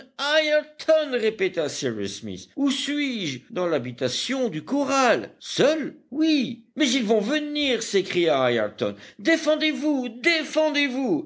smith où suis-je dans l'habitation du corral seul oui mais ils vont venir s'écria ayrton défendez-vous défendezvous